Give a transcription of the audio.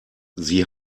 sie